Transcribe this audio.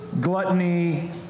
gluttony